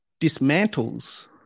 dismantles